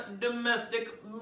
domestic